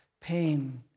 pain